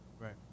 Right